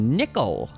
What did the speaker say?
nickel